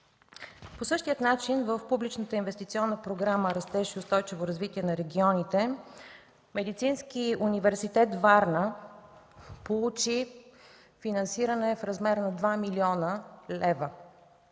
По същия начин в публичната инвестиционна програма „Растеж и устойчиво развитие на регионите” Медицинският университет – Варна, получи финансиране в размер на 2 млн. лв.: